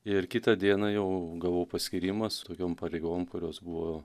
ir kitą dieną jau gavau paskyrimą su tokiom pareigom kurios buvo